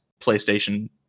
PlayStation